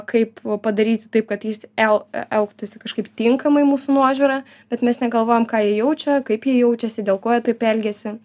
kaip padaryti taip kad jis el elgtųsi kažkaip tinkamai mūsų nuožiūra bet mes negalvojom ką jie jaučia kaip jie jaučiasi dėl ko jie taip elgiasi